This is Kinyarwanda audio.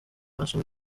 asoma